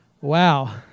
wow